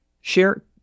share